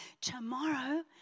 tomorrow